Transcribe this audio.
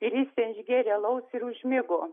ir jis ten išgėrė alaus ir užmigo